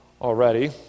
already